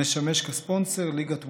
המשמש כספונסר ליגת ווינר.